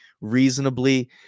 reasonably